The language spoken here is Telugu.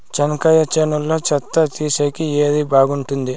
చెనక్కాయ చేనులో చెత్త తీసేకి ఏది బాగుంటుంది?